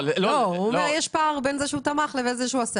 הוא אומר שיש פער בין זה שהוא תמך לבין מה שהוא עשה.